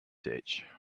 ditch